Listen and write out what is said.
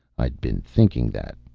i'd been thinking that,